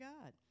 God